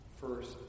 first